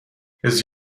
his